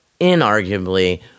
inarguably